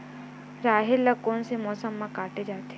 राहेर ल कोन से मौसम म काटे जाथे?